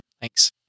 Thanks